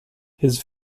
his